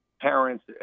parents